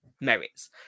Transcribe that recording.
merits